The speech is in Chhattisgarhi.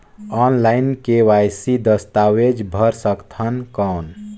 ऑनलाइन के.वाई.सी दस्तावेज भर सकथन कौन?